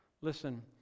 Listen